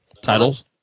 titles